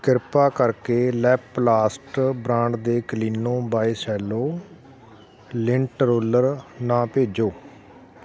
ਕਿਰਪਾ ਕਰਕੇ Leplast brand ਦੇ Kleeno by Cello lint roller ਨਾ ਭੇਜੋ